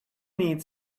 need